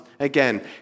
Again